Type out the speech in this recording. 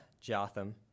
Jotham